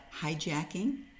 hijacking